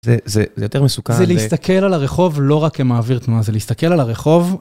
זה יותר מסוכן. זה להסתכל על הרחוב, לא רק כמעביר תנועה, זה להסתכל על הרחוב.